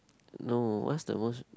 no what's the most